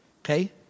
Okay